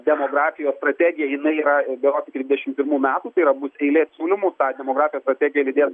demografijos strategiją jinai yra berods iki dvidešimt pirmų metų tai yra bus eilė siūlymų tą demografijos strategiją lydės